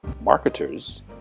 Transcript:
marketers